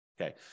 Okay